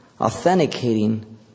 authenticating